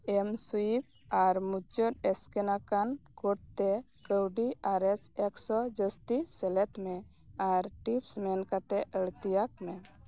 ᱮᱢ ᱥᱩᱭᱤᱯ ᱟᱨ ᱢᱩᱪᱟ ᱫ ᱥᱠᱟᱱ ᱟᱠᱟᱱ ᱠᱳᱰ ᱛᱮ ᱠᱟ ᱣᱰᱤ ᱟᱨᱮᱥ ᱮᱠᱥᱚ ᱡᱟ ᱥᱛᱤ ᱥᱮᱞᱮᱫ ᱢᱮ ᱟᱨ ᱴᱤᱯᱥ ᱢᱮᱱ ᱠᱟᱛᱮᱜ ᱟ ᱲᱛᱤᱭᱟᱠ ᱢᱮ